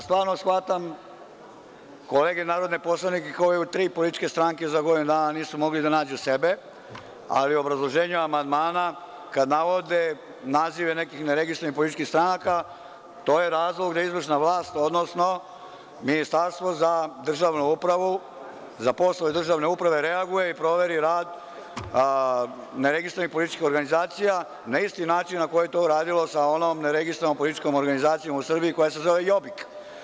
Shvatam da kolege narodni poslanici koji u tri stranke za godinu dana nisu mogli da nađu sebe, ali u obrazloženju amandmana kada navode nazive nekih neregistrovanih političkih stranaka, to je razlog da izvršna vlast odnosno Ministarstvo za državnu upravu reaguje i proveri rad neregistrovanih političkih organizacija na isti način na koji je to uradilo sa onom neregistrovanom političkom organizacijom u Srbija koja se zove „Jobik“